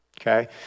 okay